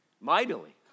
Mightily